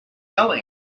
going